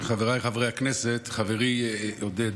חבריי חברי הכנסת, חברי עודד,